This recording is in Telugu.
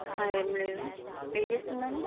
అహ ఏమీ లేదు ఏం చేస్తున్నాను